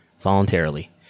voluntarily